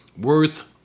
worth